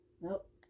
Nope